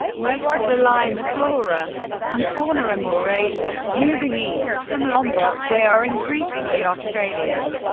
west of the line the flora and fauna are more asian moving east from lombok they are increasingly australian.